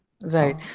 Right